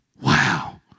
Wow